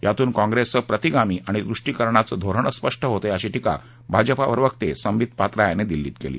यातून काँग्रेसचं प्रतिगामी आणि तुष्टीकरणाचं धोरणच स्पष्ट होतंय अशी टीका भाजपा प्रवक्ते सांबीत पात्रा यांनी दिल्लीत केली